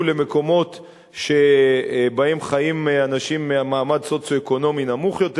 למקומות שבהם חיים אנשים ממעמד סוציו-אקונומי נמוך יותר,